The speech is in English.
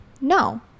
No